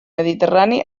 mediterrani